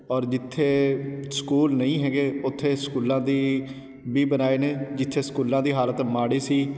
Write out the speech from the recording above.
ਔਰ ਜਿੱਥੇ ਸਕੂਲ ਨਹੀਂ ਹੈਗੇ ਉੱਥੇ ਸਕੂਲਾਂ ਦੀ ਵੀ ਬਣਾਏ ਨੇ ਜਿੱਥੇ ਸਕੂਲਾਂ ਦੀ ਹਾਲਤ ਮਾੜੀ ਸੀ